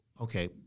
okay